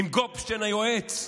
עם גופשטיין היועץ.